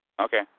Okay